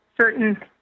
certain